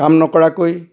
কাম নকৰাকৈ